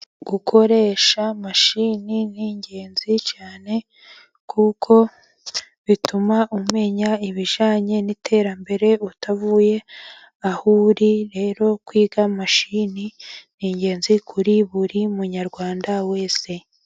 Gukoresha mashine ni ingenzi cyane, kuko bituma umenya ibijyanye n'iterambere utavuye aho uri. Rero kwiga mashine ni ingenzi kuri buri munyarwanda wese.